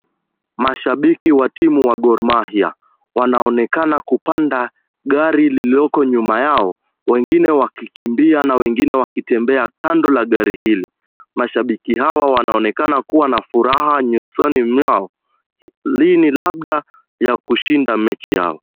Mashabiki wa timu wa Gor mahia wanaonekana kupanda gari lililoko nyuma yao, wengine wakikimbia na wengine wakitembea kando la gari hili. Mashabiki hawa wanaonekana kuwa na furaha nyusoni mwao, hii ni labda la kushinda mechi yao.